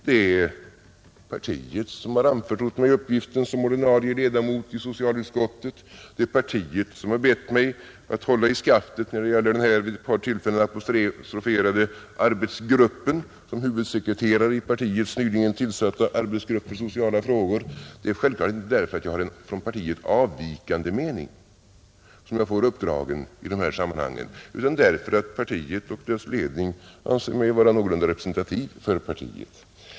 Det är partiet som har anförtrott mig uppgiften som ordinarie ledamot i socialutskottet, det är partiet som har bett mig att hålla i skaftet när det gäller den vid ett par tillfällen apostroferade nyligen tillsatta arbetsgruppen för sociala frågor. Det är självfallet inte för att jag har en från partiet avvikande mening som jag får uppgifter i dessa sammanhang utan därför att partiet och dess ledning anser mig vara någorlunda representativ för partiet.